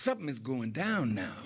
something is going down now